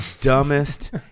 dumbest